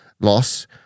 loss